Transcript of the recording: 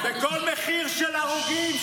בכל מחיר של הרוגים,